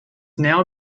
now